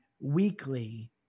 weekly